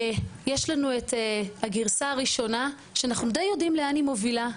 יש לנו את הגרסה הראשונה שאנחנו די יודעים לאן היא מובילה.